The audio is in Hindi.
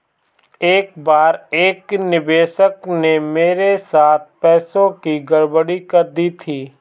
एक बार एक निवेशक ने मेरे साथ पैसों की गड़बड़ी कर दी थी